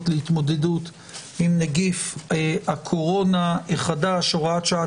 להתמודדות עם נגיף הקורונה החדש (הוראת שעה,